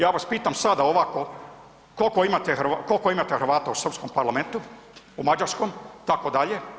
Ja vas pitam sada ovako koliko imate Hrvata u srpskom parlamentu, u mađarskom itd.